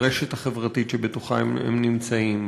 על הרשת החברתית שבתוכה הם נמצאים,